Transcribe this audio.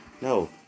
No